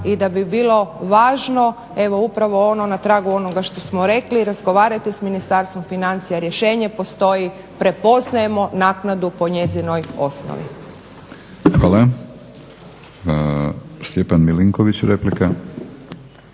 i da bi bilo važno evo upravo ono na tragu onoga što smo rekli, razgovarajte s Ministarstvom financija, rješenje postoji, prepoznajemo naknadu po njezinoj osnovi. **Batinić, Milorad